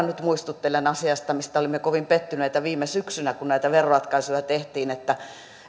nyt muistuttelen asiasta mistä olimme kovin pettyneitä viime syksynä kun näitä veroratkaisuja tehtiin että